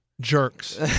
jerks